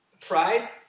Pride